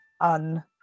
un